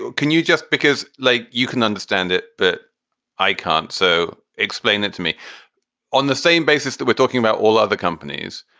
can you just because like you can understand it. but i can't so explain it to me on the same basis that we're talking about all other companies,